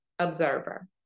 observer